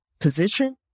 position